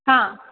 हां